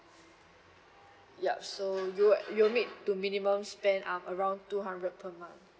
yup so you'll you'll need to minimum spend um around two hundred per month